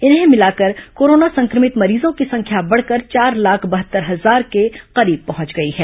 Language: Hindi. इन्हें मिलाकर कोरोना संक्रमित मरीजों की संख्या बढ़कर चार लाख बहत्तर हजार के करीब पहंच गई है